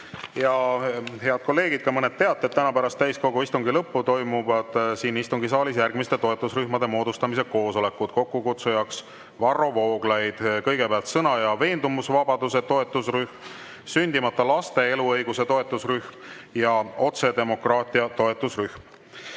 kolleegid, ka mõned teated. Täna pärast täiskogu istungi lõppu toimuvad siin istungisaalis järgmiste toetusrühmade moodustamise koosolekud. Kokkukutsuja on Varro Vooglaid. Kõigepealt sõna- ja veendumusvabaduse toetusrühm, siis sündimata laste eluõiguse toetusrühm ja otsedemokraatia toetusrühm.